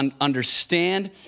understand